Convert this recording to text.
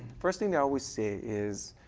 first thing i always say is,